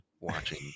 watching